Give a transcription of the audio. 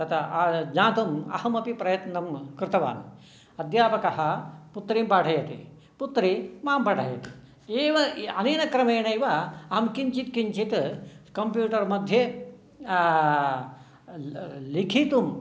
तत् ज्ञातुम् अहमपि प्रयत्नं कृतवान् अध्यापकः पुत्रीं पाठयति पुत्री मां पाठयति एव अनेन क्रमेणैव अहं किञ्चित् किञ्चित् कम्प्यूटर् मध्ये लिखितुम्